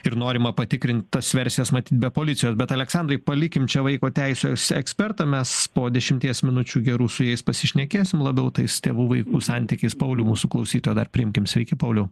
ir norima patikrint tas versijas mat be policijos bet aleksandrai palikim čia vaiko teisių es ekspertam mes po dešimties minučių gerų su jais pasišnekėsim labiau tais tėvų vaikų santykis pauliau mūsų klausytoją priimkim sveiki pauliau